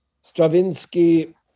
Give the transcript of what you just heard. Stravinsky